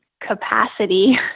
capacity